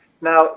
Now